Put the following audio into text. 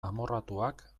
amorratuak